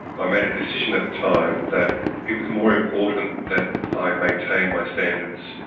i made a decision at the time that it was more important that i maintain my standards,